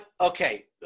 Okay